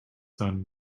son